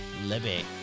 Libby